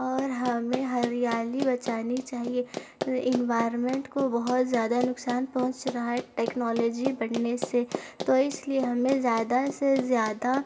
اور ہمیں ہریالی بچانی چاہیے انوائرمنٹ کو بہت زیادہ نقصان پہنچ رہا ہے ٹیکنالوجی بڑھنے سے تو اس لیے ہمیں زیادہ سے زیادہ